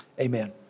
amen